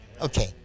Okay